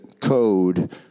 code